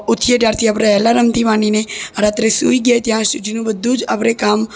ઊઠીએ ત્યારથી આપણે ઍલારામથી માંડીને રાત્રે સૂઈ ગયા ત્યાં સુધીનું બધું જ આપણે કામ